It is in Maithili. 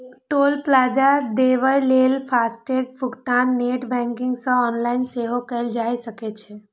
टोल प्लाजा देबय लेल फास्टैग भुगतान नेट बैंकिंग सं ऑनलाइन सेहो कैल जा सकै छै